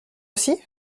aussi